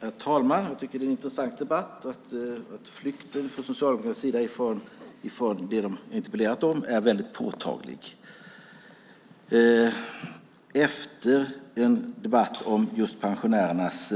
Herr talman! Jag tycker att det är en intressant debatt. Flykten från Socialdemokraternas sida från det som de har interpellerat om är väldigt påtaglig. Efter en debatt om just pensionärernas